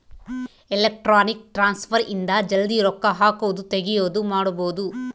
electronic transfer ಇಂದ ಜಲ್ದೀ ರೊಕ್ಕ ಹಾಕೋದು ತೆಗಿಯೋದು ಮಾಡ್ಬೋದು